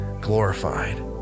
glorified